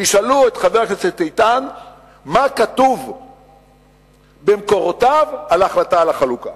תשאלו את חבר הכנסת איתן מה כתוב במקורותיו על ההחלטה על החלוקה,